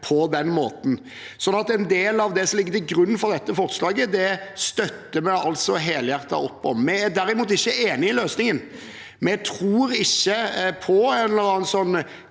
på den måten. Så en del av det som ligger til grunn for dette forslaget, støtter vi altså helhjertet opp om. Vi er derimot ikke enig i løsningen. Vi tror ikke på en eller annen